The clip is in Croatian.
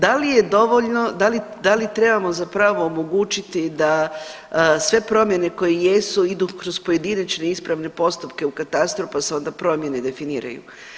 Da li je dovoljno, da li trebamo za pravo omogućiti da sve promjene koje jesu idu kroz pojedinačne, ispravne postupke u katastru pa se onda promjene definiraju.